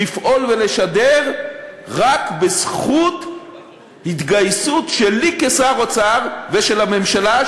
לפעול ולשדר רק בזכות התגייסות שלי כשר האוצר ושל הממשלה,